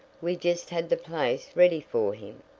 we just had the place ready for him.